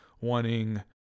wanting